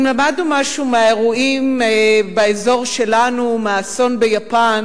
אם למדנו משהו מהאירועים באזור שלנו, מהאסון ביפן,